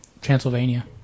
Transylvania